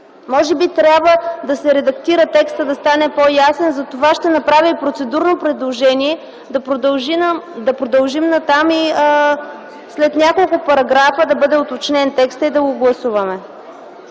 Може би трябва да се редактира текстът, да стане по-ясен, затова ще направя и процедурно предложение да продължим натам и след няколко параграфа да бъде уточнен текстът и да го гласуваме.